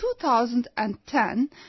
2010